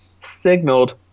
signaled